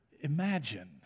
imagine